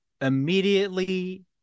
immediately